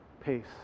pace